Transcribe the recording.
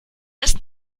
ist